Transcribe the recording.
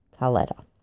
Carletta